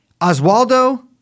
Oswaldo